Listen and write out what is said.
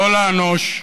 לא לענוש,